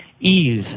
ease